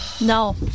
No